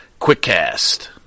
Quickcast